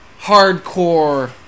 hardcore